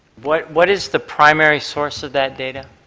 what what is the primary source of that data?